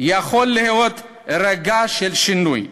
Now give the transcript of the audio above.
יכול להיות רגע של שינוי.